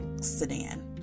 sedan